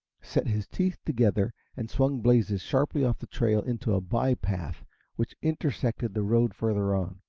set his teeth together, and swung blazes sharply off the trail into a bypath which intersected the road further on.